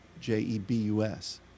J-E-B-U-S